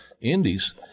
indies